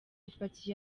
ipaki